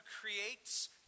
creates